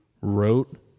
wrote